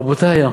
רבותי,